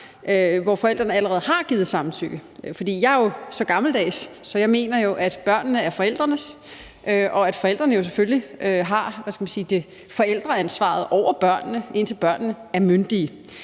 hvor forældrene allerede har givet samtykke. Jeg er jo så gammeldags, at jeg mener, at børnene er forældrenes, og at forældrene selvfølgelig har forældreansvaret over børnene, indtil børnene myndige.